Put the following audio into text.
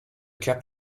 kept